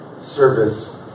service